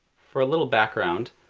for a little background,